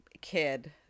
kid